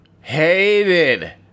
Hated